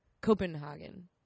Copenhagen